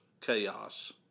chaos